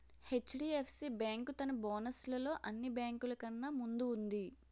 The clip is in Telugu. హెచ్.డి.ఎఫ్.సి బేంకు తన బోనస్ లలో అన్ని బేంకులు కన్నా ముందు వుంది